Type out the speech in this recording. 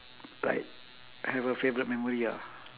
like have a favourite memory ah